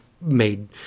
made